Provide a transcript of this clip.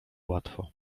łatwo